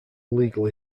legal